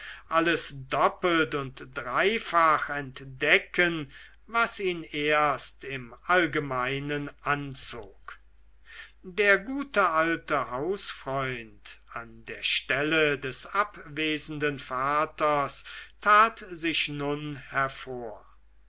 alles doppelt und dreifach entdecken was ihn erst im allgemeinen anzog der gute alte hausfreund an der stelle des abwesenden vaters tat sich nun hervor